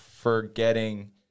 forgetting